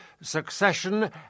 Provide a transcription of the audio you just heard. succession